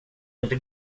inte